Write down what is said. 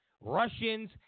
Russians